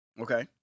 Okay